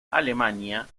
alemania